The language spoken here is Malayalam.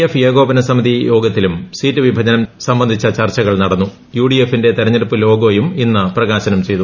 എഫ് ഏകോപന സ്യമിൽ യോഗത്തിലും സീറ്റ് വിഭജനം സംബന്ധിച്ച ചർച്ചകൾ നടന്നും യുഡിഎഫിന്റെ തെരഞ്ഞെടുപ്പ് ലോഗോയും ഇന്ന് പ്രകാശ്യന്ത് ചെയ്തു